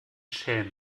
schelm